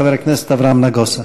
חבר הכנסת אברהם נגוסה.